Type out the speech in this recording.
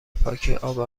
پاکی، اب